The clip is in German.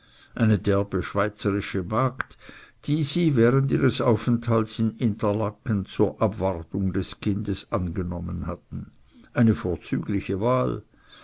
eine derbe schweizerische magd die sie während ihres aufenthaltes in interlaken zur abwartung des kindes angenommen hatten eine vorzügliche wahl